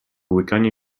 łykanie